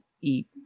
eat